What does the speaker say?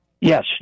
Yes